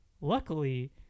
Luckily